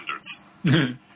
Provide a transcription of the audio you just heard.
standards